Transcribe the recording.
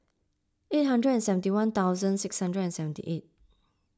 eight hundred and seventy one thousand six hundred and seventy eight